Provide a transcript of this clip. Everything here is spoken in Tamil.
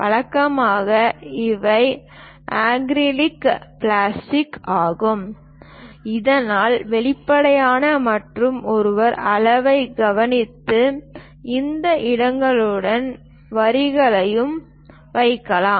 வழக்கமாக இவை அக்ரிலிக் பிளாஸ்டிக் ஆகும் இதனால் வெளிப்படையான மற்றும் ஒருவர் அளவைக் கவனித்து இந்த இடங்களுடன் வரிகளையும் வைக்கலாம்